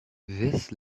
this